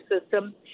system